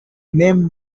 name